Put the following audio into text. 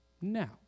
Now